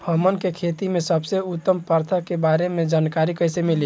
हमन के खेती में सबसे उत्तम प्रथा के बारे में जानकारी कैसे मिली?